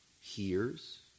hears